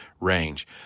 range